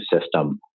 system